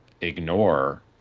ignore